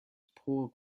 poor